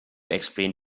explain